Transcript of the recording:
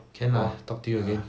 can lah talk to you again